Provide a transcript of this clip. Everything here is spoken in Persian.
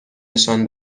نشان